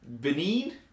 Benin